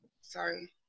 sorry